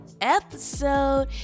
episode